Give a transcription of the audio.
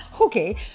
okay